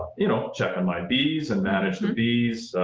you know, check on my bees and manage the bees,